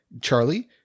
Charlie